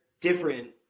different